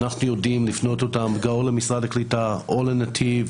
אנחנו יודעים להפנות אותם או למשרד הקליטה או לנתיב,